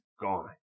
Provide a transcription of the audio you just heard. gone